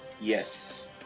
yes